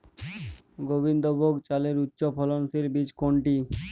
গোবিন্দভোগ চালের উচ্চফলনশীল বীজ কোনটি?